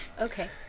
Okay